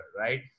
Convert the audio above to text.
right